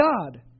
God